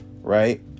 right